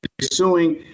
suing